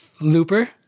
looper